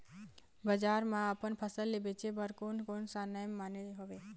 बजार मा अपन फसल ले बेचे बार कोन कौन सा नेम माने हवे?